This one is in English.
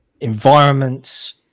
environments